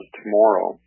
tomorrow